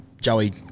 Joey